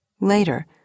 Later